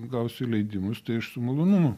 gausi leidimus tai aš su malonumu